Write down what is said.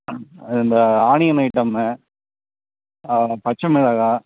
இந்த onion item பச்சை மிளகாய்